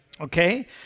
Okay